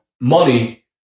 money